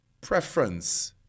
preference